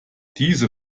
diese